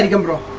ah nomura